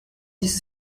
dix